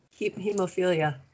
hemophilia